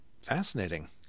fascinating